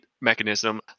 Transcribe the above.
mechanism